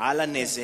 על הנזק,